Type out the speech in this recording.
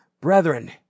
brethren